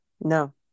no